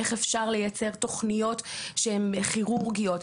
איך אפשר לייצר תוכניות שהן כירורגיות.